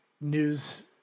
news